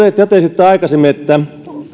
totesitte aikaisemmin että